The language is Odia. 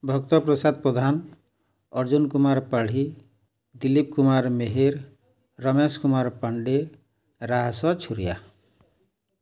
ଭକ୍ତପ୍ରସାଦ ପ୍ରଧାନ ଅର୍ଜୁନ କୁମାର ପାଢି ଦିଲିପ କୁମାର ମେହେର ରମେଶ କୁମାର ପାଣ୍ଡେ